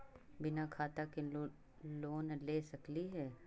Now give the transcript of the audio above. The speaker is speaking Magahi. बिना खाता के लोन ले सकली हे?